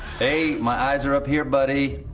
hey, my eyes are up here, buddy.